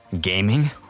Gaming